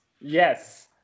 Yes